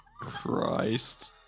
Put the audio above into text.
Christ